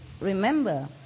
remember